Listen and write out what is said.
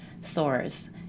sores